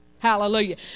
Hallelujah